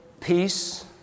peace